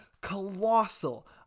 colossal